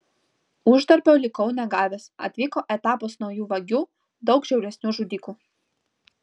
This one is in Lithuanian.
uždarbio likau negavęs atvyko etapas naujų vagių daug žiauresnių žudikų